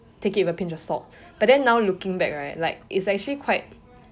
take it with a pinch of salt but then now looking back right like it's actually quite